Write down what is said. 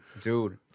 Dude